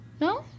No